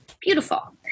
Beautiful